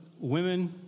women